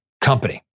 company